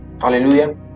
Hallelujah